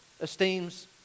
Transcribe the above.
esteems